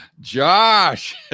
Josh